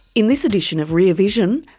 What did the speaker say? in this edition of rear vision,